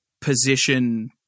position